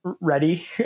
ready